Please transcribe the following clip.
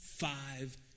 Five